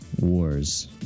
wars